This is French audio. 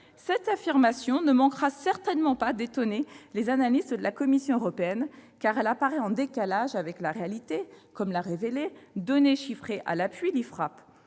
Cette affirmation ne manquera certainement pas d'étonner les analystes de la Commission européenne, car elle apparaît en décalage avec la réalité, comme l'a révélé, données chiffrées à l'appui, l'iFRAP.